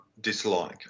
dislike